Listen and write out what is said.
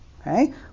okay